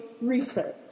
research